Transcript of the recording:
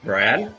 Brad